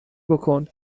بکن